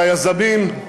על היזמים,